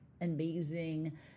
amazing